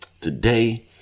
Today